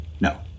No